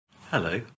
hello